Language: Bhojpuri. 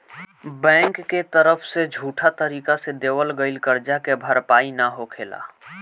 बैंक के तरफ से झूठा तरीका से देवल गईल करजा के भरपाई ना होखेला